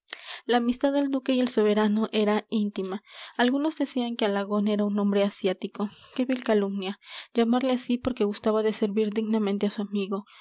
la amistad del duque y el soberano era íntima algunos decían que alagón era un hombre asiático qué vil calumnia llamarle así porque gustaba de servir dignamente a su amigo